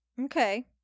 Okay